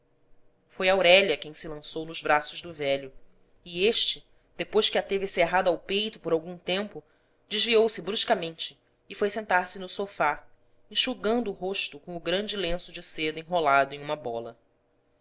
neta foi aurélia quem se lançou nos braços do velho e este depois que a teve cerrada ao peito por algum tempo desviou se bruscamente e foi sentar-se no sofá enxugando o rosto com o grande lenço de seda enrolado em uma bola